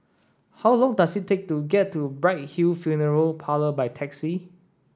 how long does it take to get to Bright Hill Funeral Parlour by taxi